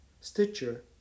Stitcher